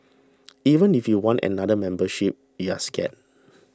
even if you want another membership you're scared